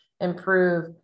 improve